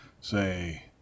say